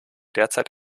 derzeit